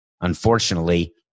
Unfortunately